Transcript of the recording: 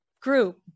group